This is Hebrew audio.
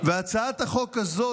הצעת החוק הזאת,